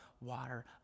water